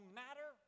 matter